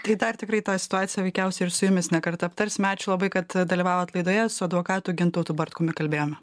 tai dar tikrai tą situaciją veikiausiai ir su jumis ne kartą aptarsime ačiū labai kad dalyvavot laidoje su advokatu gintautu bartkumi kalbėjome